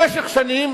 במשך שנים